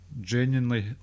genuinely